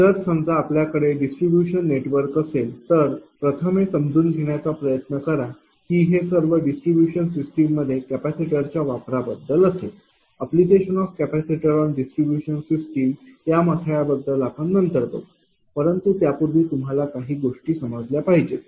जर समजा आपल्याकडे डिस्ट्रीब्यूशन नेटवर्क असेल तर प्रथम हे समजून घेण्याचा प्रयत्न करा की हे सर्व डिस्ट्रीब्यूशन सिस्टीममध्ये कपॅसिटरच्या वापराबद्दल असेल application of capacitor on distribution system या मथळ्या बद्दल आपण नंतर बघू परंतु त्यापूर्वी तुम्हाला काही गोष्टी समजल्या पाहिजेत